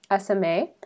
SMA